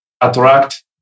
attract